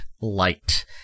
light